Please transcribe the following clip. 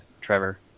Trevor